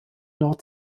nord